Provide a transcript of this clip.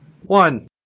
One